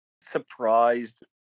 surprised